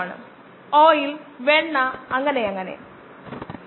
നാല് കോശങ്ങൾ എട്ട് കോശങ്ങൾ തുടങ്ങിയവ